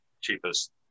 cheapest